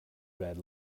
bed